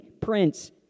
prince